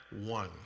one